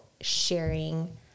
sharing